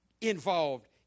involved